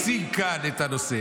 אבל הוא לא יושב